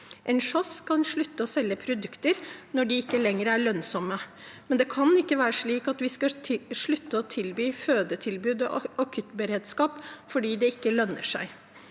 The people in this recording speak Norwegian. En kiosk kan slutte å selge produkter når de ikke lenger er lønnsomme, men det kan ikke være slik at vi skal slutte å tilby fødetilbud og akuttberedskap fordi det ikke lønner seg.